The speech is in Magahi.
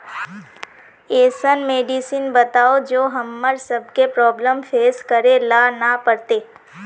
ऐसन मेडिसिन बताओ जो हम्मर सबके प्रॉब्लम फेस करे ला ना पड़ते?